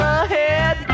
ahead